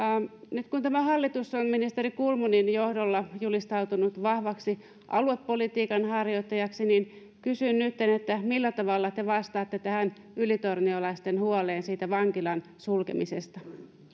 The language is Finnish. nyt kun tämä hallitus on ministeri kulmunin johdolla julistautunut vahvaksi aluepolitiikan harjoittajaksi niin kysyn nytten millä tavalla te vastaatte tähän ylitorniolaisten huoleen vankilan sulkemisesta